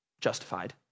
justified